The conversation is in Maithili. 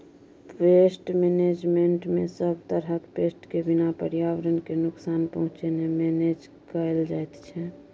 पेस्ट मेनेजमेन्टमे सब तरहक पेस्ट केँ बिना पर्यावरण केँ नुकसान पहुँचेने मेनेज कएल जाइत छै